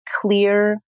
clear